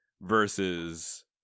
versus